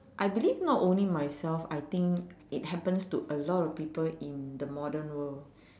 I believe not only myself I think it happens to a lot of people in the modern world